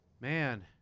Man